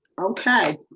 okay,